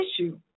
issue